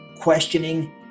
questioning